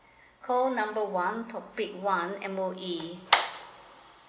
call number one topic one M_O_E